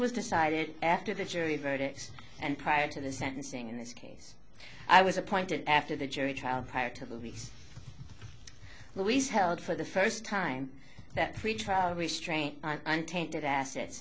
was decided after the jury verdicts and prior to the sentencing in this case i was appointed after the jury trial prior to the reese always held for the first time that pretrial restraint i'm tainted assets